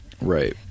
right